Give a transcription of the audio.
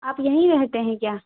آپ یہیں رہتے ہیں کیا